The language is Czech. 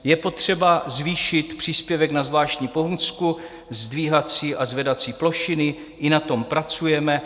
Je potřeba zvýšit příspěvek na zvláštní pomůcku, zdvihací a zvedací plošiny, i na tom pracujeme.